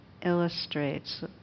illustrates